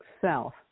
self